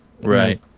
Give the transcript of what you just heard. right